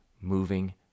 moving